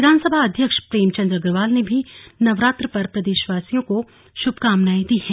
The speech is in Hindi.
विधानसभा अध्यक्ष प्रेमचंद अग्रवाल ने भी नवरात्र पर प्रदेशवासियों को शुभकामनाएं दी हैं